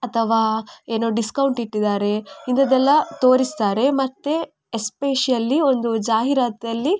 ಅಥವಾ ಏನೋ ಡಿಸ್ಕೌಂಟ್ ಇಟ್ಟಿದ್ದಾರೆ ಇಂಥದ್ದೆಲ್ಲ ತೋರಿಸ್ತಾರೆ ಮತ್ತೆ ಎಸ್ಪೆಷಲಿ ಒಂದು ಜಾಹಿರಾತಲ್ಲಿ